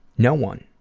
no one.